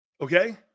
Okay